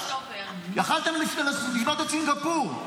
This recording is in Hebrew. יכולתם לבנות את סינגפור.